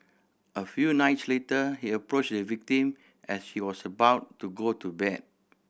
a few nights later he approached the victim as she was about to go to bed